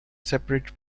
separate